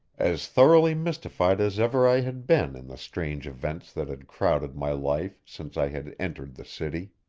as thoroughly mystified as ever i had been in the strange events that had crowded my life since i had entered the city.